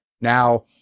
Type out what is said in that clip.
Now